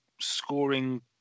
scoring